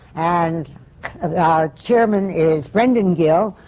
and our chairman is brendan gill,